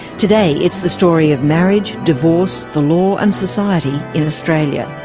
today, it's the story of marriage, divorce, the law and society in australia.